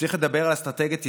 צריך לדבר על אסטרטגיית יציאה,